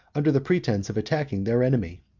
under the pretence of attacking their enemy.